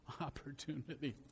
opportunity